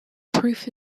proof